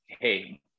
hey